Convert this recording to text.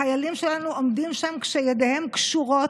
החיילים שלנו עומדים שם כשידיהם קשורות,